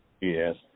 yes